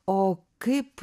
o kaip